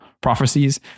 prophecies